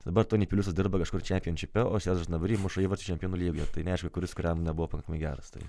dabar tony piliusas dirba kažkur champion šipe o stežas nabri mūša įvarčius čempionų lygoje tai neaišku kuris kuriam nebuvo pakankamai geras tai